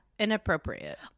Inappropriate